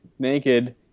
Naked